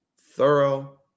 thorough